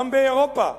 גם באירופה,